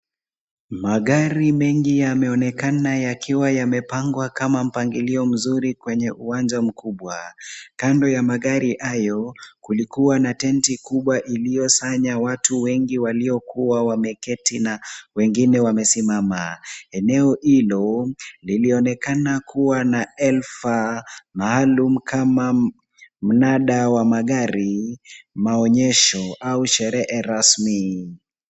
Magari mengi yameonekana yakiwa yamepangwa kama mpangilio mzuri kwenye uwanja mkubwa. Kando ya magari hayo, kulikuwa na tenti kubwa iliyosanya watu wengi walio kuwa wameketi na wengine wamesimama. Eneo hilo lilionaonekana kuwa na elfa maalum kama mnada wa magari, maonyesho, au sherehe rasmi.